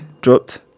dropped